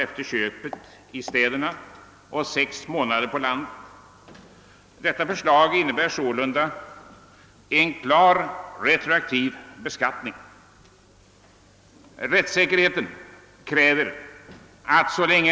Bestämmelserna i detta stycke gälla endast om sådan fastighet utgör bolagets eller föreningens väsentliga tillgång.